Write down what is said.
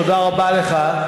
תודה רבה לך,